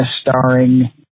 starring